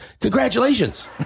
congratulations